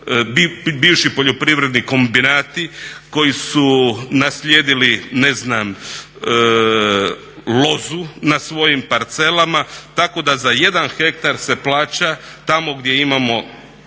bivši poljoprivredni kombinati koji su naslijedili ne znam lozu na svojim parcelama tako da za jedan hektar se plaća tamo gdje imamo